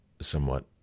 somewhat